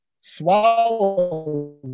swallow